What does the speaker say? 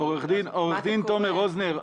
עו"ד תומר רוזנר,